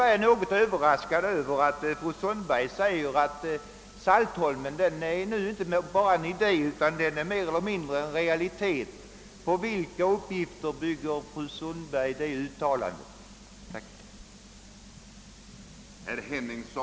Jag är något överraskad över att fru Sundberg säger att Saltholm nu inte bara är en idé utan en realitet. På vilka uppgifter bygger fru Sundberg det uttalandet?